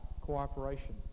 cooperation